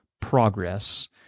progress